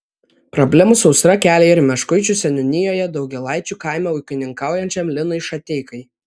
problemų sausra kelia ir meškuičių seniūnijoje daugėlaičių kaime ūkininkaujančiam linui šateikai